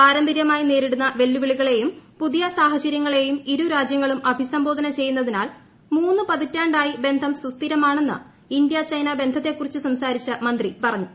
പാരമ്പര്യമായി നേരിടുന്ന വെല്ലുവിളികളെയും പുതിയ സാഹചര്യങ്ങളെയും ഇരു രാജ്യങ്ങളും അഭിസംബോധന ചെയ്യുന്നതിനാൽ മൂന്ന് പതിറ്റാായി ബന്ധം സുസ്ഥിരമാണെന്ന് ഇന്ത്യ ചൈന ബന്ധത്തെക്കുറിച്ച് സംസാരിച്ച മന്ത്രി പറഞ്ഞു